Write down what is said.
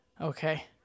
Okay